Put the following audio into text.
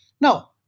Now